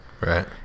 Right